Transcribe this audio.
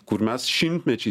kur mes šimtmečiais